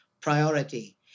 priority